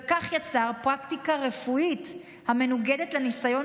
וכך יצר פרקטיקה רפואית המנוגדת לניסיון